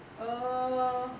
err